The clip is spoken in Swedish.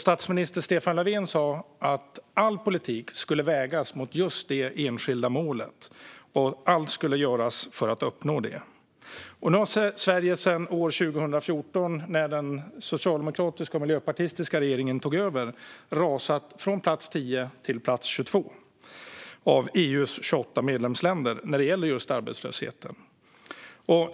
Statsminister Stefan Löfven sa att all politik skulle vägas mot just detta enskilda mål och att allt skulle göras för att uppnå det. Nu har Sverige sedan 2014, då den socialdemokratiska och miljöpartistiska regeringen tog över, rasat från plats 10 till plats 22 bland EU:s 28 medlemsländer när det gäller just arbetslösheten.